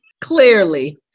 Clearly